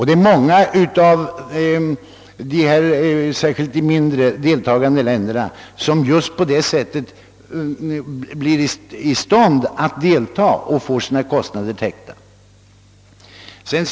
Det är många av de deltagande mindre länderna som just på det sättet får sina kostnader täckta och blir i stånd att delta.